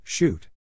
Shoot